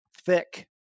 thick